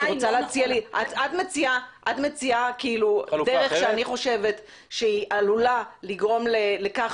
את מציעה דרך שאני חושבת שעלולה לגרום לכך